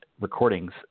recordings